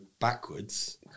backwards